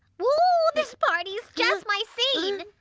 oh, this party's just my scene!